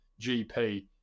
GP